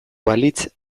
balitz